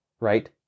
Right